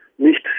nicht